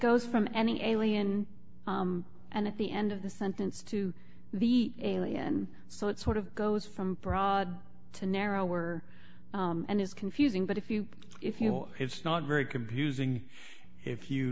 goes from any alien and at the end of the sentence to the alien so it sort of goes from broad to narrower and is confusing but if you if you know it's not very confusing if you